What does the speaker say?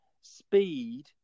speed